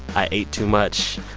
i ate too much.